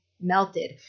melted